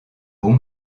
bon